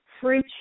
free